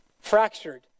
Fractured